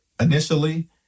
initially